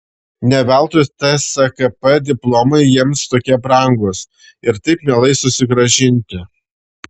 ne veltui tskp diplomai jiems tokie brangūs ir taip mielai susigrąžinti